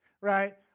right